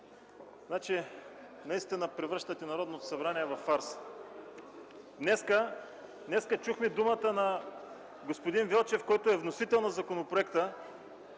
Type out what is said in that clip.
Наистина превръщате Народното събрание във фарс. Днес чухме думата на господин Велчев, който е вносител на законопроекта,